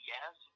Yes